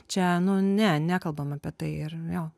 čia nu ne nekalbam apie tai ir jo